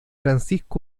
francisco